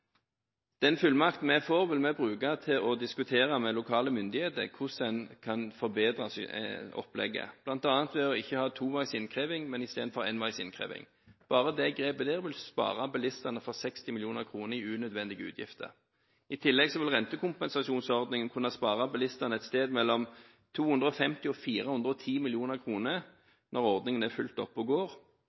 Den fullmakten vi får, vil vi bruke til å diskutere med lokale myndigheter hvordan en kan forbedre opplegget, bl.a. ved ikke å ha toveisinnkreving, men enveisinnkreving istedenfor. Bare det grepet vil spare bilistene for 60 mill. kr i unødvendige utgifter. I tillegg vil rentekompensasjonsordningen kunne spare bilistene for et sted mellom 250 og 410 mill. kr når ordningen er fullt oppe og går.